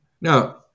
Now